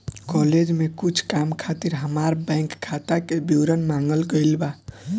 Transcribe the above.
college में कुछ काम खातिर हामार बैंक खाता के विवरण मांगल गइल बा